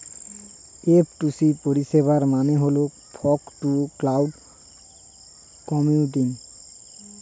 F two C পরিষেবার মানে হল ফগ টু ক্লাউড কম্পিউটিং